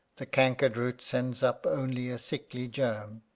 the cankered root sends up only a sickly germ,